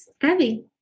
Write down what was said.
Abby